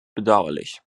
bedauerlich